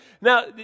Now